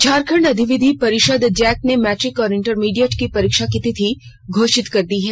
झारखंड अधिविद्य परिषद जैक ने मैट्रिक और इंटरमीडिएट की परीक्षा तिथि की घोषणा कर दी है